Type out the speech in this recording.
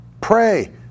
pray